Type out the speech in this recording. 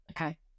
Okay